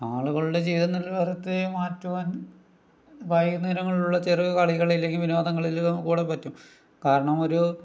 ആളുകളുടെ ജീവിത നിലവാരത്തെ മാറ്റുവാൻ വൈകുന്നേരങ്ങളിലുള്ള ചെറു കളികൾ അല്ലെങ്കിൽ വിനോദങ്ങളില് നമുക്ക് കൂടെ പറ്റും കാരണം ഒരു